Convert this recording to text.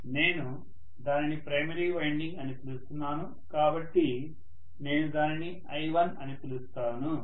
నేను దానిని primary winding అని పిలుస్తున్నాను కాబట్టి నేను దానిని i1 అని పిలుస్తాను